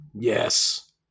Yes